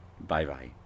Bye-bye